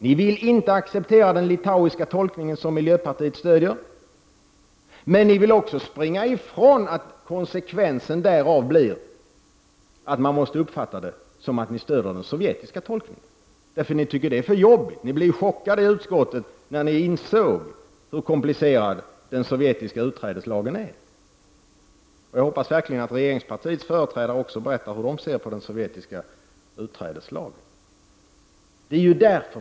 Ni vill inte acceptera den litauiska tolkningen, som miljöpartiet stöder, men ni vill också springa ifrån att konsekvensen därav blir att man måste uppfatta det som att ni stöder den sovjetiska tolkningen. Ni tycker att det blir för jobbigt. Ni blev chockade i utskottet, när ni insåg hur den sovjetiska utträdeslagen är. Jag hoppas verkligen att regeringspartiets företrädare också berättar hur de ser på den sovjetiska utträdeslagen.